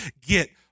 Get